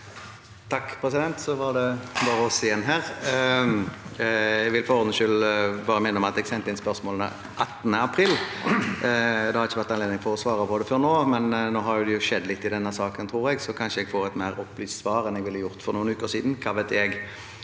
minne om at jeg sendte inn spørsmålene 18. april. Det har ikke vært anledning til å svare på dem før nå, men nå har det skjedd litt i denne saken, tror jeg, så kanskje jeg får et mer opplyst svar enn jeg ville fått for noen uker siden